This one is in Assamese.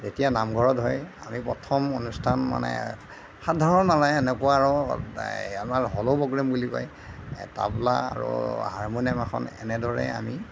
যেতিয়া নামঘৰত হয় আমি প্ৰথম অনুষ্ঠান মানে সাধাৰণ মানে এনেকুৱা আৰু আমাৰ হ'ল' প্ৰ'গ্ৰেম বুলি কয় এই তাবলা আৰু হাৰমনিয়াম এখন এনেদৰে আমি